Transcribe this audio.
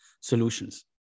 solutions